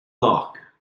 block